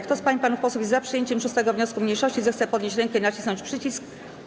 Kto z pań i panów posłów jest za przyjęciem 6. wniosku mniejszości, zechce podnieść rękę i nacisnąć przycisk.